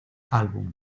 álbum